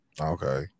Okay